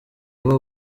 buba